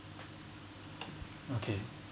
okay